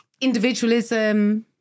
individualism